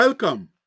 Welcome